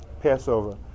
Passover